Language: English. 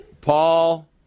Paul